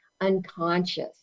unconscious